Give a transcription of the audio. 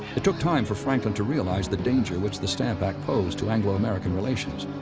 it took time for franklin to realize the danger which the stamp act posed to anglo-american relations.